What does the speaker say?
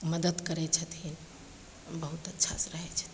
मदति करै छथिन बहुत अच्छासे रहै छथिन